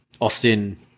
Austin